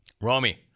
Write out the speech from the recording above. Romy